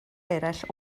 eraill